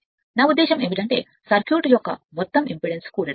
19 నా ఉద్దేశ్యం ఏమిటంటే సర్క్యూట్ యొక్క మొత్తం ఇంపిడెన్స్జోడించడం